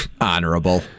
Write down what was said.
Honorable